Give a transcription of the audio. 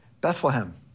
Bethlehem